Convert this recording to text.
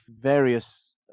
various